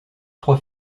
trois